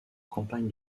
campagne